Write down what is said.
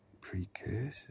precursor